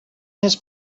his